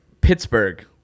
Pittsburgh